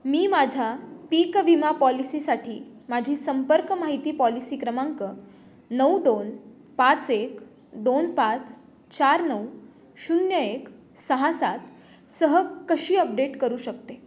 मी माझ्या पीक विमा पॉलिसीसाठी माझी संपर्क माहिती पॉलिसी क्रमांक नऊ दोन पाच एक दोन पाच चार नऊ शून्य एक सहा सात सह कशी अपडेट करू शकते